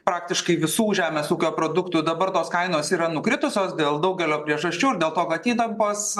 praktiškai visų žemės ūkio produktų dabar tos kainos yra nukritusios dėl daugelio priežasčių dėl to kad įtampos